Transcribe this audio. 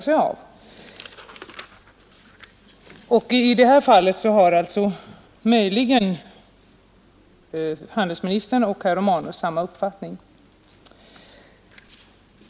I det här fallet har möjligen handelsministern och herr Romanus samma uppfattning.